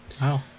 Wow